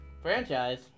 Franchise